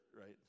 right